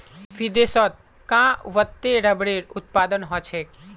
विदेशत कां वत्ते रबरेर उत्पादन ह छेक